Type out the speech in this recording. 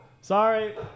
Sorry